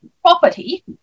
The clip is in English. property